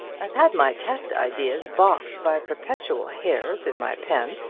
i've had my test ideas baulked by perpetual hairs in my pen,